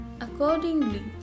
accordingly